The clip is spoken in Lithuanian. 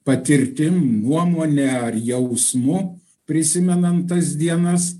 patirtim nuomone ar jausmu prisimenam tas dienas